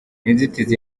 inzitizi